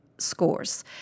scores